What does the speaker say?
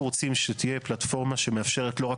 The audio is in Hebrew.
אנחנו רוצים שתהיה פלטפורמה שמאפשרת לא רק